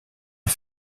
est